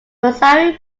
vasari